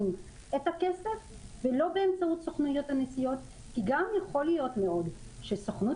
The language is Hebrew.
את הכסף ולא באמצעות סוכנויות הנסיעות כי גם יכול מאוד להיות שלסוכנות